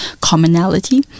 commonality